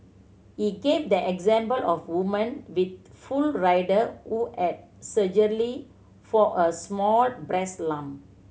he gave the example of woman with full rider who had surgery for a small breast lump